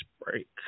break